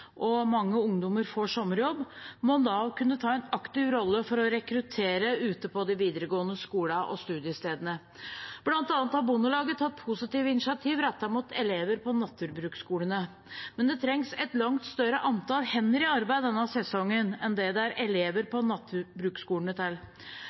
og mange ungdommer får sommerjobb, må Nav kunne ta en aktiv rolle for å rekruttere ute på de videregående skolene og studiestedene. Blant annet har Bondelaget tatt positive initiativ rettet mot elever på naturbruksskolene. Men det trengs et langt større antall hender i arbeid denne sesongen enn det er elever